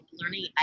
learning